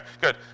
good